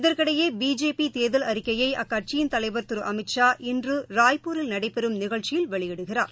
இதற்கிடையேபிஜேபிதேர்தல் அறிக்கையைஅக்கட்சியின் தலைவர் திருஅமித்ஷா இன்றராய்ப்பூரில் நடைபெறும் நிகழ்ச்சியில் வெளியிடுகிறார்